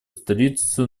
столицу